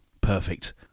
perfect